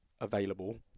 available